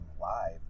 live